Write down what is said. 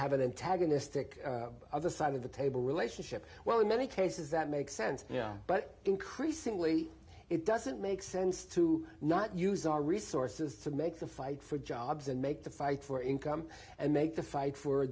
have an antagonistic other side of the table relationship well in many cases that makes sense yeah increasingly it doesn't make sense to not use our resources to make the fight for jobs and make the fight for income and make the fight for a